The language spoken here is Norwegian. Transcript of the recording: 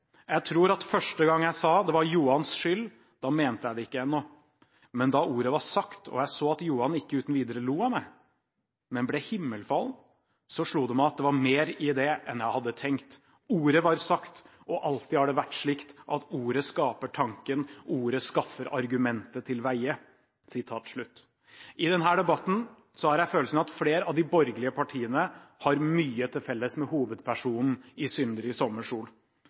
Jeg tror, at første gang jeg sa at det var Johans skyld, da mente jeg det ikke ennå. Men da ordet var sagt, og jeg så at Johan ikke uten videre lo av meg, men ble himmelfallen, så slo det meg at det var mer i det jeg hadde tenkt. ORDET var sagt, og alltid har det vært slik at ordet skaper tanken, ordet skaffer argumentet til veie.» I denne debatten har jeg følelsen av at flere av de borgerlige partiene har mye til felles med hovedpersonen i «Syndere i